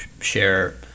share